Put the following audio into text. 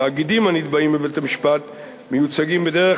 תאגידים הנתבעים בבית-המשפט מיוצגים בדרך